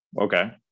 Okay